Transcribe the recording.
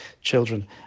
children